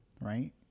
right